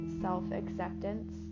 self-acceptance